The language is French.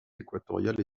équatoriales